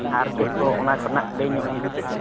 ᱟᱨ ᱪᱮᱫ ᱠᱚ ᱚᱱᱟ ᱠᱚᱨᱮᱱᱟᱜ ᱞᱟᱹᱭ ᱧᱚᱜ ᱟᱹᱧ ᱢᱮ